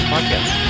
Podcast